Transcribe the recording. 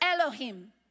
Elohim